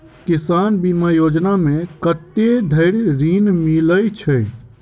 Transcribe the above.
किसान बीमा योजना मे कत्ते धरि ऋण मिलय छै?